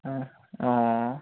অঁ অঁ